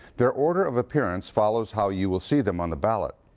their order of appearance follows how you will see them on the ballot.